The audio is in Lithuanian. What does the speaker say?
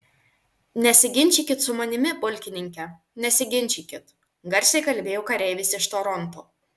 nesiginčykit su manimi pulkininke nesiginčykit garsiai kalbėjo kareivis iš toronto